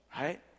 Right